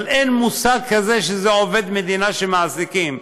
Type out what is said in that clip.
אבל אין מושג כזה שזה עובד מדינה שמעסיקים.